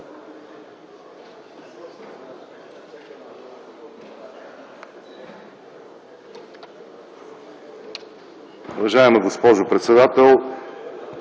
Уважаема госпожо председател,